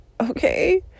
Okay